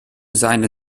seine